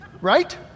right